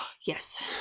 yes